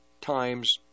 times